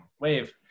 wave